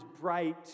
bright